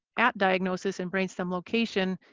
at diagnosis and brain stem location.